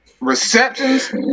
receptions